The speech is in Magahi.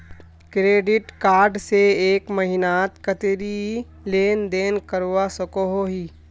क्रेडिट कार्ड से एक महीनात कतेरी लेन देन करवा सकोहो ही?